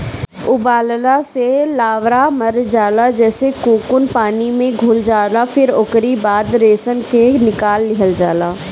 उबालला से लार्वा मर जाला जेसे कोकून पानी में घुल जाला फिर ओकरी बाद रेशम के निकाल लिहल जाला